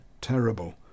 terrible